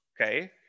okay